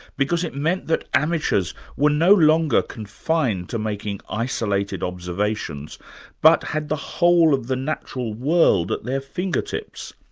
because it meant that amateurs were no longer confined to making isolated observations but had the whole of the natural world at their fingertips.